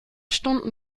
stunden